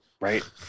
Right